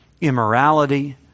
immorality